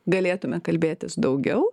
galėtume kalbėtis daugiau